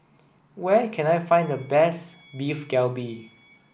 where can I find the best Beef Galbi